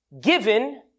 given